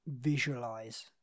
visualize